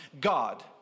God